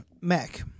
Mac